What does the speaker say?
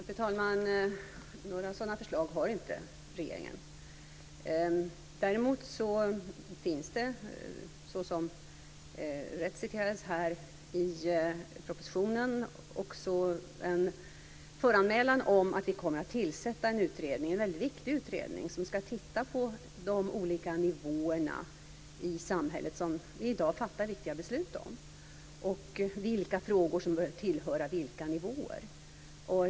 Fru talman! Några sådana förslag har inte regeringen. Däremot finns det, såsom rätt citerades här, i propositionen en föranmälan om att vi kommer att tillsätta en utredning. Det är en väldigt viktig utredning som ska titta på de olika nivåerna i samhället som vi i dag fattar viktiga beslut om och vilka frågor som bör tillhöra vilka nivåer.